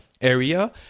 area